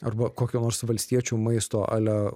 arba kokio nors valstiečių maisto ale